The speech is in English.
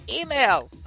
email